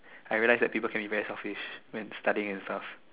I realize that people can be very selfish when studying and stuff